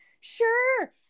Sure